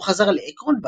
הוא חזר לאקרון,